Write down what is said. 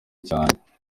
cyanjye